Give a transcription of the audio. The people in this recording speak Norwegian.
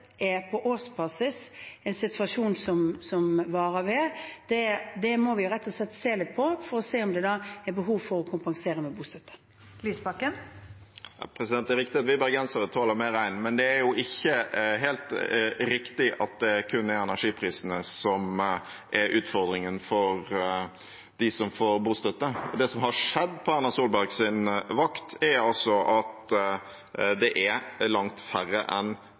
på årsbasis er en situasjon som varer ved, må vi rett og slett se litt på, for å se om det er behov for å kompensere med bostøtte. Audun Lysbakken – til oppfølgingsspørsmål. Det er riktig at vi bergensere tåler mer regn, men det er ikke helt riktig at det kun er energiprisene som er utfordringen for de som får bostøtte. Det som har skjedd på Erna Solbergs vakt, er at det er langt færre enn